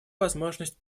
возможность